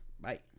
Bye